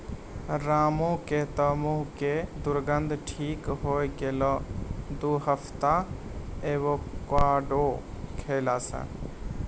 रामू के तॅ मुहों के दुर्गंध ठीक होय गेलै दू हफ्ता एवोकाडो खैला स